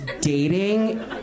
dating